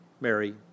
Mary